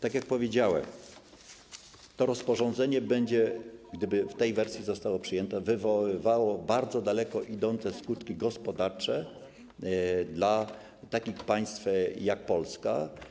Tak jak powiedziałem, to rozporządzenie, gdyby w tej wersji zostało przyjęte, wywoływałby bardzo daleko idące skutki gospodarcze dla takich państw jak Polska.